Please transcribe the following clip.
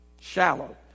Shallow